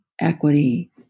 equity